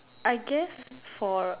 I guess for